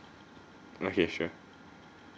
okay sure